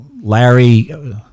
Larry